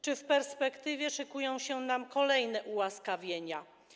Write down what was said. Czy w perspektywie szykują się nam kolejne ułaskawienia?